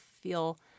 feel